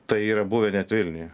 tai yra buvę net vilniuje